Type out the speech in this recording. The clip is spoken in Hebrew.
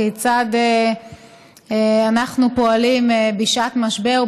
כיצד אנחנו פועלים בשעת משבר,